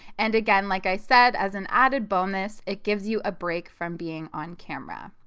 and again like i said as an added bonus it gives you a break from being on camera.